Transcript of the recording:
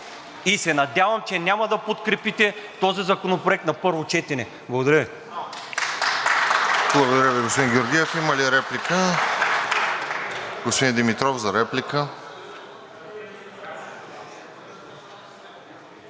и се надявам, че няма да подкрепите този законопроект на първо четене. Благодаря Ви.